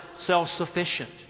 self-sufficient